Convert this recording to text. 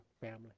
family